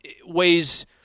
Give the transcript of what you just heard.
weighs